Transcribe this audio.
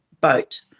boat